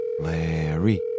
Larry